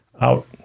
out